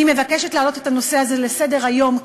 אני מבקשת להעלות את הנושא הזה על סדר-היום כאן,